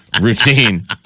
routine